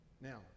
Now